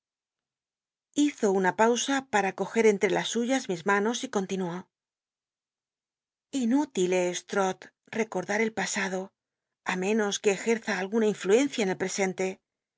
llízo una pausa para coger enhe las suyas mis manos y continuó inútil es trol ecol im el pasado i menos que ejerzn alguna influencia en el